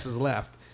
left